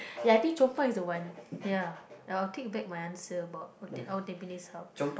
ya I think Chong pang is the one ya I will take back my answer about our tampines Hub